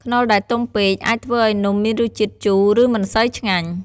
ខ្នុរដែលទុំពេក អាចធ្វើឱ្យនំមានរសជាតិជូរ ឬមិនសូវឆ្ងាញ់។